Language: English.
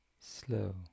slow